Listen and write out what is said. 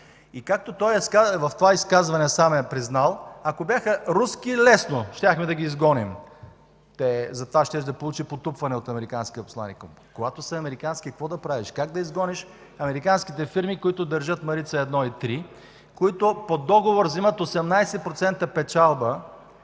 И както той в това изказване сам е признал: „Ако бяха руски – лесно, щяхме да ги изгоним”, затова щеше да получи потупване от американския посланик. Но когато са американски, какво да правиш, как да изгониш американските фирми, които държат „Марица 1 и 3”, които по договор вземат 18% печалба